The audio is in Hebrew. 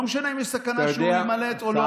לא משנה אם יש סכנה שהוא יימלט או לא.